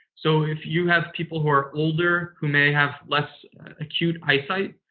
so, if you have people who are older, who may have less acute eyesight,